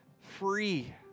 free